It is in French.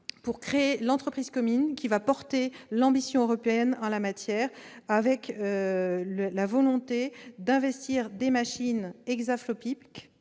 à créer l'entreprise commune qui portera l'ambition européenne en la matière, avec la volonté d'investir dans des machines exaflopiques,